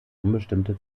unbestimmte